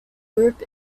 group